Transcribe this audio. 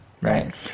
Right